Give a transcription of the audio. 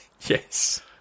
yes